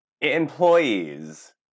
employees